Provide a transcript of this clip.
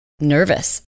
nervous